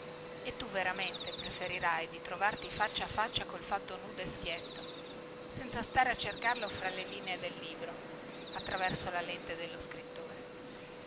e tu veramente preferirai di trovarti faccia a faccia col fatto nudo e schietto senza stare a cercarlo fra le linee del libro attraverso la lente dello scrittore